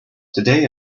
today